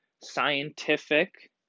scientific